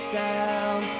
down